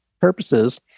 purposes